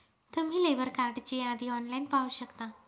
तुम्ही लेबर कार्डची यादी ऑनलाइन पाहू शकता